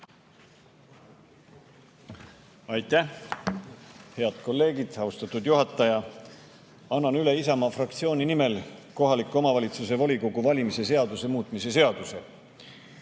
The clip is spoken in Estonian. Aitäh! Head kolleegid! Austatud juhataja! Annan Isamaa fraktsiooni nimel üle kohaliku omavalitsuse volikogu valimise seaduse muutmise seaduse